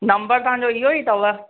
number तव्हांजो इहो ई अथव